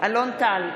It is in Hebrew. בהצבעה אלון טל,